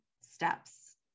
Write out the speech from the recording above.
steps